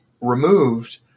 removed